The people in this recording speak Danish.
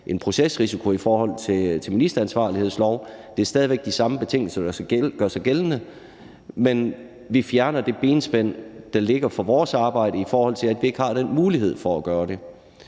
en procesrisiko i forhold til en ministeransvarlighedslov, og det er stadig væk de samme betingelser, der skal gøre sig gældende, men vi fjerner det benspænd, der ligger for vores arbejde, i forhold til at vi ikke har den mulighed for at gøre det.